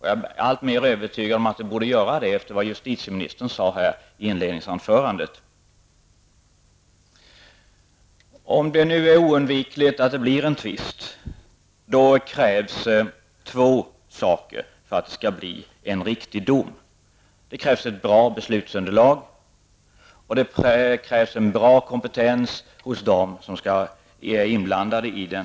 Jag blir alltmer övertygad om att det borde framgå av lagtexten efter det som justitieministern sade här i inledningsanförandet. Om det nu är oundvikligt med en tvist, krävs två saker för att det skall bli en riktig dom. Det krävs ett bra beslutsunderlag och det krävs en bra kompetens hos dem som behandlar fallet.